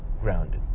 grounded